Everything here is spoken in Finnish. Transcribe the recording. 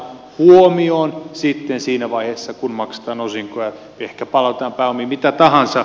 se otetaan huomioon sitten siinä vaiheessa kun maksetaan osinkoja ehkä palautetaan pääomiin mitä tahansa